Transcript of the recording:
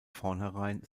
vornherein